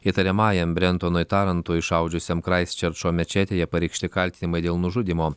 įtariamajam brentonui tarantui šaudžiusiam kraisčerčo mečetėje pareikšti kaltinimai dėl nužudymo